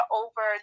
over